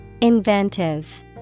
Inventive